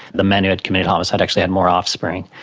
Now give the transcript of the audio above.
the men who had committed homicide actually had more offspring.